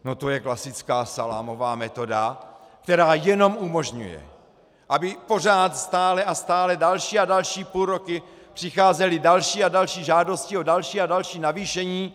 No to je klasická salámová metoda, která jenom umožňuje, aby pořád, stále a stále další a další půlroky přicházely další a další žádosti o další a další navýšení.